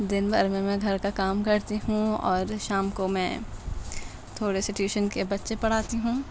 دن بھر میں گھر کا کام کرتی ہوں اور شام کو میں تھوڑے سے ٹیوشن کے بچے پڑھاتی ہوں